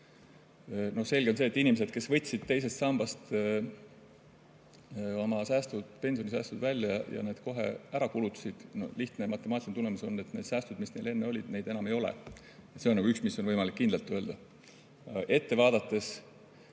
siis on selge, et inimeste puhul, kes võtsid teisest sambast oma pensionisäästud välja ja need kohe ära kulutasid, on lihtne matemaatiline tulemus, et neid sääste, mis neil enne olid, neil enam ei ole. See on üks, mida on võimalik kindlalt öelda. Ette vaadates